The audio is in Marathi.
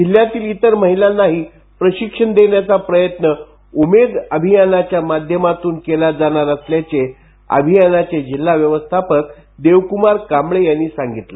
जिल्ह्यातील इतर महिलांनाही प्रशिक्षण देण्याचा प्रयत्न उमेद अभियानाच्या माध्यमातून केला जाणार असल्याचे अभियानाचे जिल्हा व्यवस्थापक देवकुमार कांबळे यांनी सांगितलं